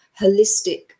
holistic